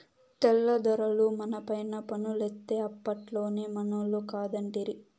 తెల్ల దొరలు మనపైన పన్నులేత్తే అప్పట్లోనే మనోళ్లు కాదంటిరి